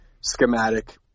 schematic